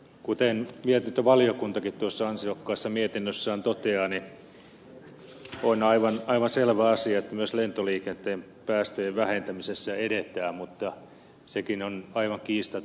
kuten mietintövaliokuntakin tuossa ansiokkaassa mietinnössään toteaa niin on aivan selvä asia että myös lentoliikenteen päästöjen vähentämisessä edetään mutta sekin on aivan kiistat